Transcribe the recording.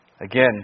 Again